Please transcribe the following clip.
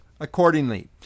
accordingly